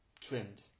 trimmed